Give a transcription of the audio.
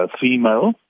female